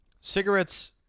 cigarettes